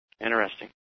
Interesting